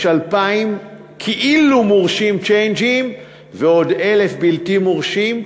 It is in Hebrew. יש 2,000 צ'יינג'ים כאילו מורשים ועוד 1,000 בלתי מורשים,